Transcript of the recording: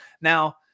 Now